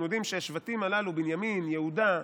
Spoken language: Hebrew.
אנחנו יודעים שהשבטים הללו, בנימין, יהודה,